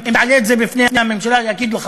אם תעלה את זה בפני הממשלה יגידו לך: